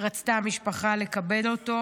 רצתה המשפחה לקבל אותו,